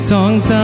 Songs